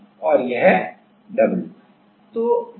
वह w है